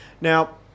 Now